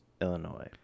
Illinois